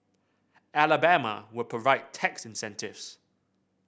Alabama will provide tax incentives